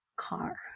Car